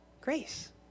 grace